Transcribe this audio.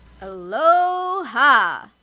Aloha